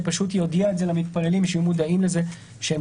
שיודיע את זה למתפללים שיהיו מודעים לזה שהם